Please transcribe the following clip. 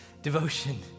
devotion